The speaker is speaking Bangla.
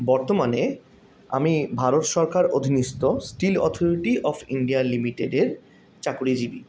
বর্তমানে আমি ভারত সরকার অধীনিস্ত স্টিল অথোরিটি অফ ইন্ডিয়া লিমিটেডের চাকুরীজীবী